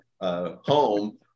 home